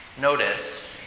Notice